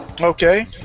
Okay